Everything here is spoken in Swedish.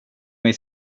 mig